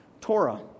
Torah